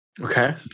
Okay